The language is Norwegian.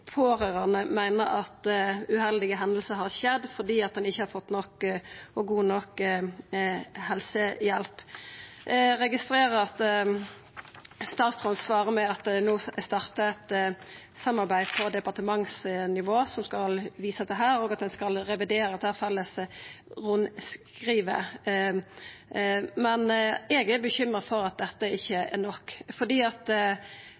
meiner at mange uheldige hendingar har skjedd fordi ein ikkje har fått nok og god nok helsehjelp. Eg registrerer at statsråden svarer med at dei no startar eit samarbeid på departementsnivå, og at ein skal revidera dette felles rundskrivet, men eg er bekymra for at dette